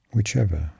Whichever